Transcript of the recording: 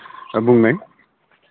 बुंनाय